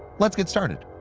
let's get started.